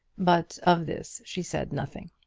but of this she said nothing.